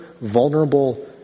vulnerable